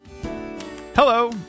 Hello